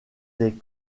des